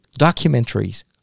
documentaries